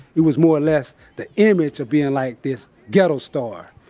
it was more or less the image of being like this ghetto star,